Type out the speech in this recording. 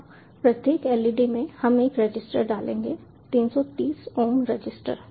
अब प्रत्येक LED में हम एक रजिस्टर डालेंगे 330 ओम रजिस्टर